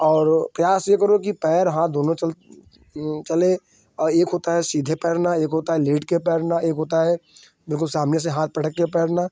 और ओ प्रयास यह करो कि पैर हाथ दोनों चल चले और एक होता है सीधे तैरना एक होता है लेट कर तैरना एक होता है बिल्कुल सामने से हाथ पटककर तैरना